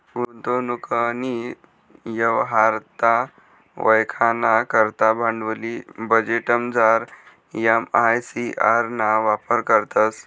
गुंतवणूकनी यवहार्यता वयखाना करता भांडवली बजेटमझार एम.आय.सी.आर ना वापर करतंस